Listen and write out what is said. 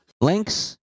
links